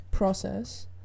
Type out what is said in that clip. process